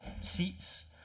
seats